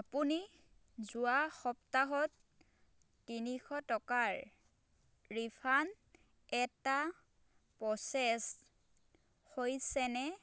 আপুনি যোৱা সপ্তাহত তিনিশ টকাৰ ৰিফাণ্ড এটা প্ৰচেছ হৈছে নে